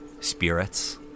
spirits